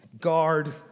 Guard